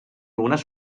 unes